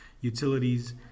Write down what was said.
utilities